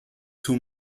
too